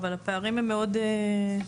אבל הפערים הם מאוד --- למשל